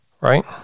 right